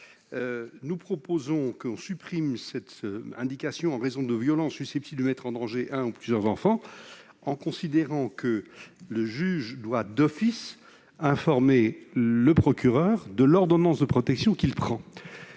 Nous proposons de supprimer cette indication « en raison de violences susceptibles de mettre en danger un ou plusieurs enfants », considérant que le juge doit d'office informer le procureur de la République de l'ordonnance de protection qu'il prend.